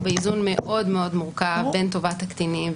באיזון מאוד מאוד מורכב עם טובת הקטינים,